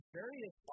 various